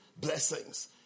Blessings